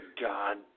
God